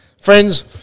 friends